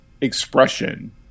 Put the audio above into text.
expression